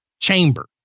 chamber